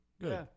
Good